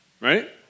right